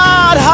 God